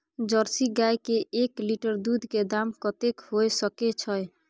Jersey गाय के एक लीटर दूध के दाम कतेक होय सके छै?